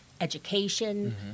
education